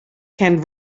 can